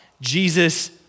Jesus